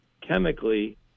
chemically